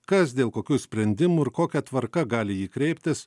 kas dėl kokių sprendimų ir kokia tvarka gali į jį kreiptis